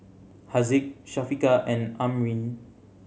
Haziq Syafiqah and Amrin